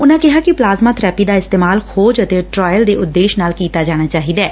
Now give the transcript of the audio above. ਉਨੂਂ ਕਿਹਾ ਕਿ ਪਲਾਜ਼ਮਾ ਬਰੈਪੀ ਦਾ ਇਸਤੇਮਾਲ ਖੋਜ ਅਤੇ ਟਰਾਇਲ ਦੇ ਉਦੇਸ਼ ਨਾਲ ਕੀਤਾ ਜਾਣਾ ਚਾਹੀਦੈ